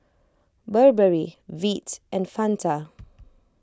Burberry Veet and Fanta